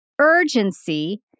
urgency